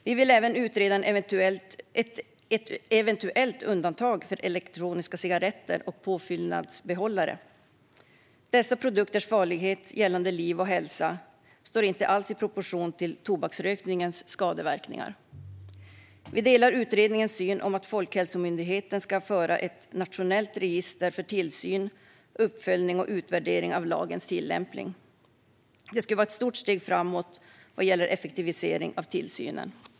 Vi vill även utreda ett eventuellt undantag för elektroniska cigaretter och påfyllningsbehållare. Dessa produkters farlighet gällande liv och hälsa står inte alls i proportion till tobaksrökningens skadeverkningar. Vi delar utredningens syn att Folkhälsomyndigheten ska föra ett nationellt register för tillsyn, uppföljning och utvärdering av lagens tillämpning. Det skulle vara ett stort steg framåt vad gäller effektivisering av tillsynen.